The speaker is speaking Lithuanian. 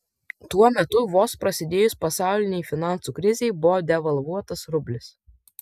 tuo metu vos prasidėjus pasaulinei finansų krizei buvo devalvuotas rublis